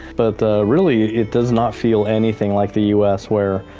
but really, it does not feel anything like the us. where,